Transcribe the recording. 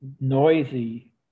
noisy